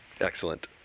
Excellent